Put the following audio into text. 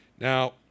Now